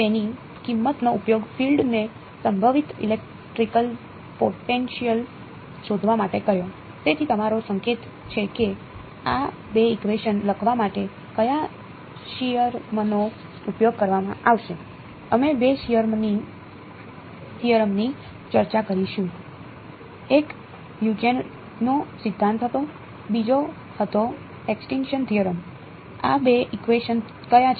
તેથી તમારો સંકેત છે કે આ 2 ઇકવેશન લખવા માટે કયા થિયરમનો ઉપયોગ કરવામાં આવશે અમે 2 થિયરમની ચર્ચા કરીશું એક હ્યુજેનનો સિદ્ધાંત હતો બીજો હતો એક્સપલીસીટ થિયરમ આ 2 ઇકવેશન કયા છે